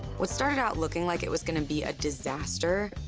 what started out looking like it was gonna be a disaster,